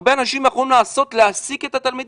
הרבה אנשים יכולים להעסיק את התלמידים.